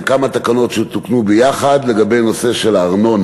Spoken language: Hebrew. זה כמה תקנות שתוקנו ביחד לגבי הארנונה.